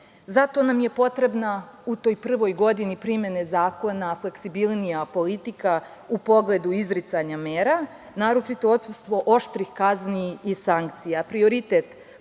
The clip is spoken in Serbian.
Zato nam je potrebna u toj prvoj godini primene zakona fleksibilnija politika u pogledu izricanja mera, naročito odsustvo oštrih kazni i sankcija. Prioritet,